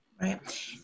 right